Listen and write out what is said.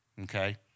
Okay